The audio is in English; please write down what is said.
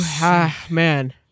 man